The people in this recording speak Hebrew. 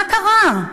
מה קרה?